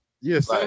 Yes